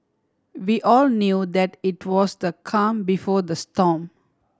we all knew that it was the calm before the storm